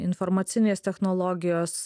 informacinės technologijos